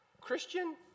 Christian